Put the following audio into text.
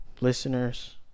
Listeners